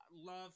love